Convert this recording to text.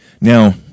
Now